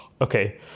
okay